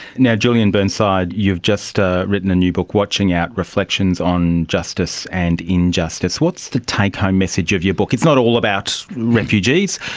now, julian burnside, you've just ah written a new book, watching out reflections on justice and injustice. what's the take-home message of your book? it's not all about refugees,